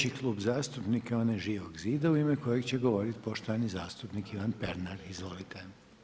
Slijedeći klub zastupnika je onaj Živog zida u ime kojeg će govoriti poštovani zastupnik Ivan Pernar, izvolite.